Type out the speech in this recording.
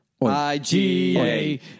IGA